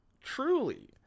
truly